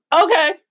okay